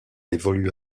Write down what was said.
évolue